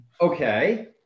Okay